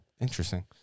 Interesting